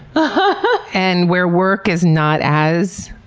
but and where work is not as